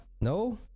No